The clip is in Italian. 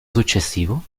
successivo